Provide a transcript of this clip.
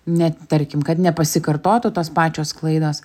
net tarkim kad nepasikartotų tos pačios klaidos